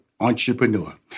entrepreneur